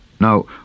Now